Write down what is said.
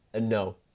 No